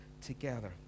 together